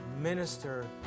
minister